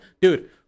dude